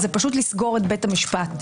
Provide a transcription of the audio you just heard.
זה פשוט לסגור את בית המשפט,